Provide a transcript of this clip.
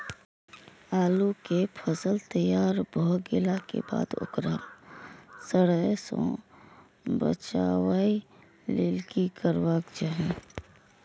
आलू केय फसल तैयार भ गेला के बाद ओकरा सड़य सं बचावय लेल की करबाक चाहि?